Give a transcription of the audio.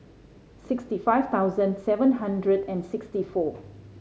sixty five thousand seven hundred and sixty four